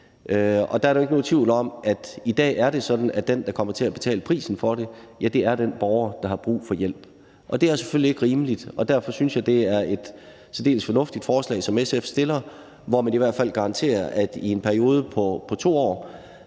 og der er ikke nogen tvivl om, at det i dag er sådan, at den, der kommer til at betale prisen for det, er den borger, der har brug for hjælp, og det er selvfølgelig ikke rimeligt. Derfor synes jeg, at det er et særdeles fornuftigt forslag, som SF fremsætter, hvor man i hvert fald garanterer, at i en periode på 2 år